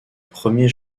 premier